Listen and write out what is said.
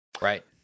Right